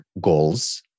goals